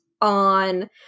on